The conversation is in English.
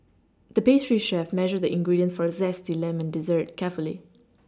the pastry chef measured the ingredients for a zesty lemon dessert carefully